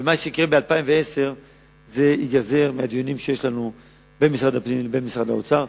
ומה שיקרה ב-2010 ייגזר מהדיונים שיש לנו בין משרד הפנים למשרד האוצר.